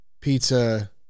pizza